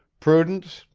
prudence,